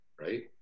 right